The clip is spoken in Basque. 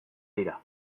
dira